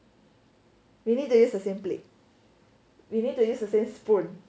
we need to use the sample plate we need to use a spoon